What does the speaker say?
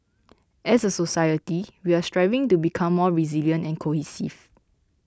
as a society we are striving to become more resilient and cohesive